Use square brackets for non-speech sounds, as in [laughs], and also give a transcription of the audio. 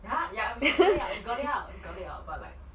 [laughs]